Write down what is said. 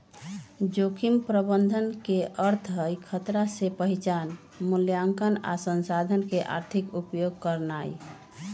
जोखिम प्रबंधन के अर्थ हई खतरा के पहिचान, मुलायंकन आ संसाधन के आर्थिक उपयोग करनाइ